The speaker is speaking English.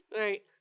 Right